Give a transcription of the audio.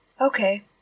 Okay